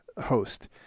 host